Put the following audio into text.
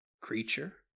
creature